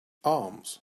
arms